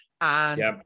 and-